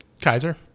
Kaiser